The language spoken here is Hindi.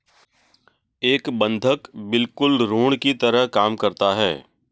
एक बंधक बिल्कुल ऋण की तरह काम करता है